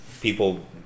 people